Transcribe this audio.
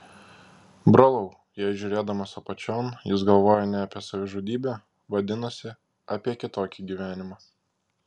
brolau jei žiūrėdamas apačion jis galvojo ne apie savižudybę vadinasi apie kitokį gyvenimą